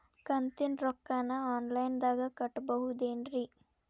ಕಂತಿನ ರೊಕ್ಕನ ಆನ್ಲೈನ್ ದಾಗ ಕಟ್ಟಬಹುದೇನ್ರಿ?